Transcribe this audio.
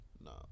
Nah